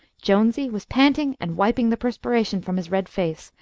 jonesy was panting and wiping the perspiration from his red face,